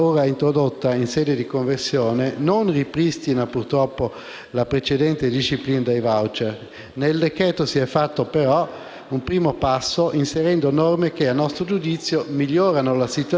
un primo passo inserendo norme che - a nostro giudizio - migliorano la situazione per le forme di lavoro che richiedono particolare flessibilità e che non possono coesistere con il vuoto legislativo che si era creato.